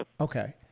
Okay